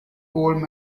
old